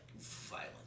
violent